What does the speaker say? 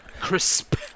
crisp